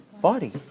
body